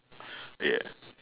yeah